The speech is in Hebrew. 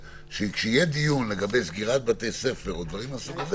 שכשיהיה דיון על סגירת בתי ספר וכד',